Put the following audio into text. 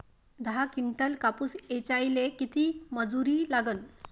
दहा किंटल कापूस ऐचायले किती मजूरी लागन?